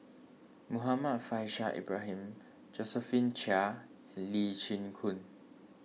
Muhammad Faishal Ibrahim Josephine Chia and Lee Chin Koon